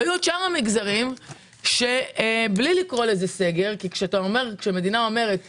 היו את שאר המגזרים שבלי לקרוא לזה סגר - כי כאשר מדינה אומרת סגר,